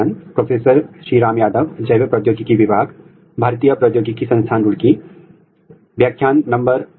यदि आप पिछले व्याख्यान याद करते हैं तो हमने कार्यात्मक अध्ययन के लिए जीन की पहचान और उसको प्रथक करने का अध्ययन कर लिया है